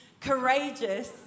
courageous